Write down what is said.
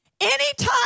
anytime